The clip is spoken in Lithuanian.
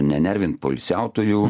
nenervin poilsiautojų